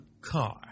car